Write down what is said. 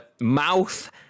mouth